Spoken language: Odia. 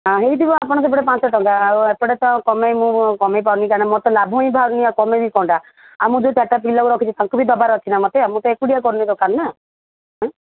ହଁ ହୋଇଥିବ ଆପଣଙ୍କ ସେପଟେ ପାଞ୍ଚଟଙ୍କା ଆଉ ଏପଟେ ତ କମେଇ ମୁଁ କମେଇ ପାରୁନି କାରଣ ମୋର ଲାଭ ତ ବାହାରୁନି ମୁଁ କମେଇବି କଣଟା ଆଉ ମୁଁ ଯୋଉ ଚାରିଟା ପିଲାଙ୍କୁ ରଖିଛି ତାଙ୍କୁ ବି ଦେବାର ଅଛି ନା ମୋତେ ମୁଁ ତ ଏକୁଟିଆ ଦୋକାନ କରୁନି ନା ଆଁ